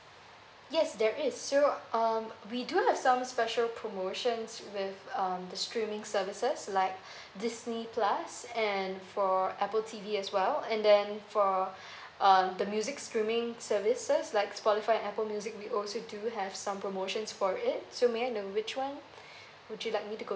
yes there is so um we do have some special promotions with um the streaming services like disney plus and for apple T_V as well and then for uh the music streaming services like spotify and apple music we also do have some promotions for it so may I know which one would you like me to go